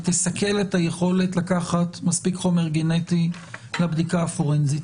תסכל את היכולת לקחת מספיק חומר גנטי לבדיקה הפורנזית.